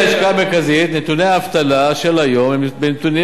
לפי הלשכה המרכזית נתוני האבטלה של היום הם נתונים